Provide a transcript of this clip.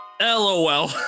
LOL